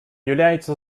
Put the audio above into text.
является